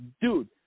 dude